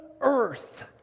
earth